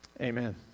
Amen